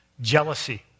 Jealousy